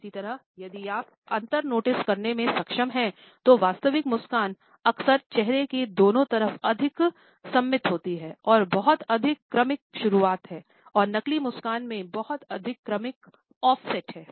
इसी तरह यदि आप अंतर नोटिस करने में सक्षम हैं तो वास्तविक मुस्कान अक्सर चेहरे के दोनों तरफ अधिक सममित होती हैं और बहुत अधिक कॉमिक शुरुआत है और नकली मुस्कान में बहुत अधिक कॉमिक ऑफ सेट है